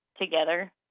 together